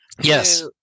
yes